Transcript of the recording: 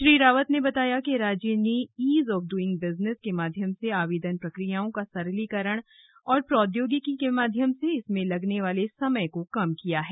श्री रावत ने बताया कि राज्य ने ईज ऑफ डुईग बिजनेस के माध्यम से आवेदन प्रक्रियाओं का सरलीकरण और प्रौद्योगिकी के प्रयोग से इसमें लगने वाले समय को कम किया है